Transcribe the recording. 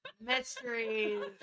Mysteries